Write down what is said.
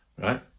right